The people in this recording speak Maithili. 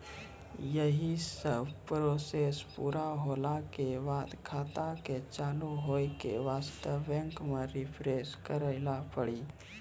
यी सब प्रोसेस पुरा होला के बाद खाता के चालू हो के वास्ते बैंक मे रिफ्रेश करैला पड़ी?